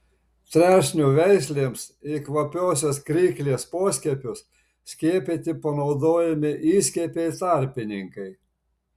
trešnių veislėms į kvapiosios kryklės poskiepius skiepyti panaudojami įskiepiai tarpininkai